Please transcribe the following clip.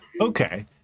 Okay